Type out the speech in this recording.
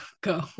go